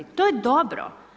To je dobro.